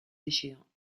échéant